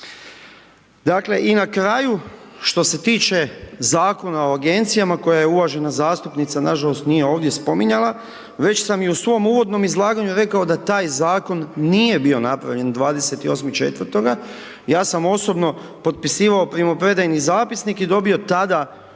Dakle i na kraju što se tiče Zakona o agencijama koje je uvažana zastupnica, nažalost nije ovdje, spominjala, već sam joj i u svom uvodnom izlaganju rekao da taj zakon nije bio napravljen 28.4. Ja sam osobno potpisivao primopredajni zapisnik i dobio tada na